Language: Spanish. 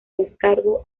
descargo